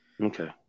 Okay